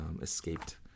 escaped